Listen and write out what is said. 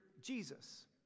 Jesus